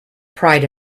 pride